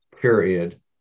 period